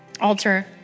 altar